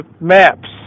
maps